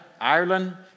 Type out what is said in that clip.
Ireland